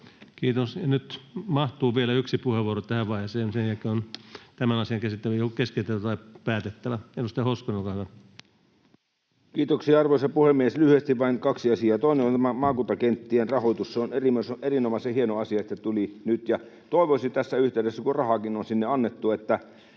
Kiitos. — Ja nyt mahtuu vielä yksi puheenvuoro tähän vaiheeseen. Sen jälkeen on tämän asian käsittely joko keskeytettävä tai päätettävä. — Edustaja Hoskonen, olkaa hyvä. Kiitoksia, arvoisa puhemies! Lyhyesti vain kaksi asiaa. Toinen on tämä maakuntakenttien rahoitus. On erinomaisen hieno asia, että se tuli nyt, ja toivoisin tässä yhteydessä, kun rahaakin on sinne annettu, että